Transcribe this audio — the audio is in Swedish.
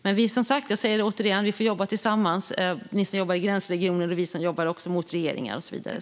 Men som sagt, vi får jobba tillsammans, ni som jobbar i gränsregioner och vi som jobbar mot regeringar och så vidare.